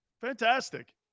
Fantastic